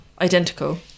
identical